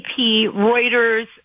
Reuters